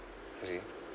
okay